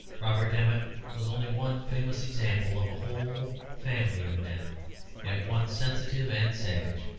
robert emmet was only one famous example of a whole family of men at once sensitive and savage.